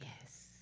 Yes